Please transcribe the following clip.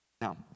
now